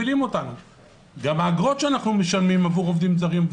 גם האגרות שאנחנו משלמים עבור עובדים זרים,